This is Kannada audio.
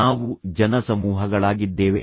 ನಾವು ಜನಸಮೂಹಗಳಾಗಿದ್ದೇವೆ